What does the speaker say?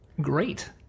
Great